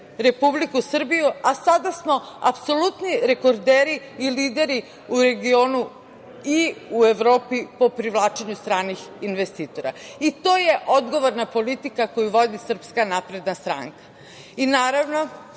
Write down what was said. Republiku Srbiju, a sada smo apsolutni rekorderi i lideri u regionu i u Evropi po privlačenju stranih investitora i to je odgovorna politika koju vodi SNS i naravno,